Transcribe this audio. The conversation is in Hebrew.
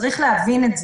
צריך להבין את זה.